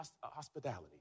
hospitality